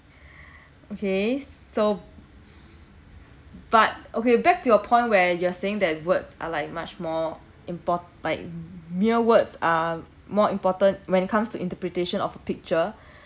okay so but okay back to your point where you're saying that words are like much more import~ like mere words are more important when it comes to interpretation of a picture